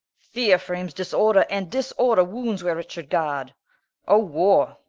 feare frames disorder, and disorder wounds where it should guard. o warre,